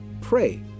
pray